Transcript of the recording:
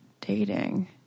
dating